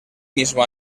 mismo